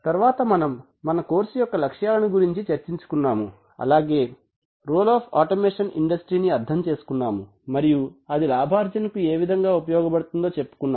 తరువాత మనము మన కోర్సు లక్ష్యాలను చర్చించుకున్నాము అలాగే రోల్ ఆఫ్ ఆటోమేషన్ ఇండస్ట్రి ని అర్థం చేసుకున్నాం మరియు అది లాభార్జన కు ఎలా ఉపయోగపడుతుందో చెప్పుకున్నాం